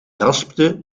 raspte